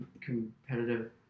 competitive